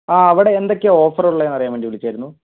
ആ അവിടെ എന്തൊക്കെയാ ഓഫറുള്ളത് എന്ന് അറിയാൻ വേണ്ടി വിളിച്ചതായിരുന്നു